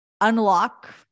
unlock